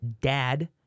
dad